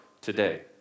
today